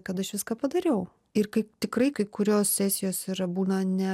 kad aš viską padariau ir kaip tikrai kai kurios sesijos yra būna ne